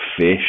fish